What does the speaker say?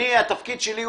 אני מפצל את זה.